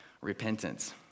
Repentance